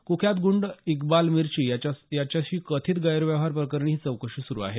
कुख्यात गुंड इक्बाल मिर्ची याच्यासह कथित व्यवहाराप्रकरणी ही चौकशी सुरू आहे